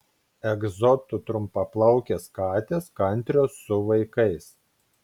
egzotų trumpaplaukės katės kantrios su vaikais